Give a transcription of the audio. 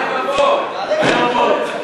רבותי,